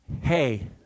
Hey